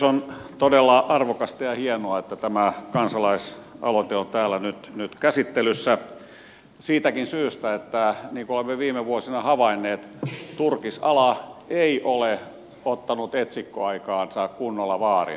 on todella arvokasta ja hienoa että tämä kansalaisaloite on täällä nyt käsittelyssä siitäkin syystä niin kuin olemme viime vuosina havainneet että turkisala ei ole ottanut etsikkoaikaansa kunnolla vaarin